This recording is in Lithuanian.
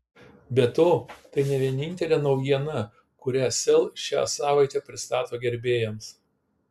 be to tai ne vienintelė naujiena kurią sel šią savaitę pristato gerbėjams